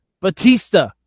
Batista